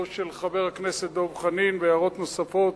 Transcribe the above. של חבר הכנסת דב חנין והערות נוספות